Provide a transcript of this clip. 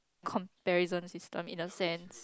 comparison system in the sense